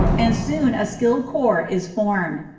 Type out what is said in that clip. and soon a skilled corps is formed,